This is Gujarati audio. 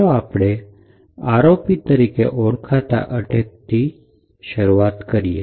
ચાલો આપણે ROP તરીકે ઓળખાતા અટેક થી શરૂ કરીએ